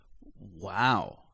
Wow